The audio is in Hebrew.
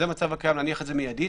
להניח את זה מידית.